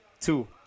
two